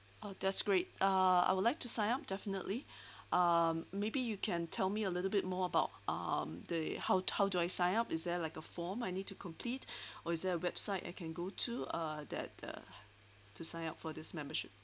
oh that's great uh I would like to sign up definitely um maybe you can tell me a little bit more about um the how how do I sign up is there like a form I need to complete or is there a website I can go to uh that uh to sign up for this membership